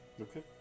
Okay